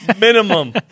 Minimum